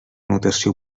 notació